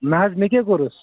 نہ حظ مےٚ کیٛاہ کوٚرُس